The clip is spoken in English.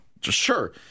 sure